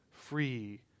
free